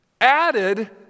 added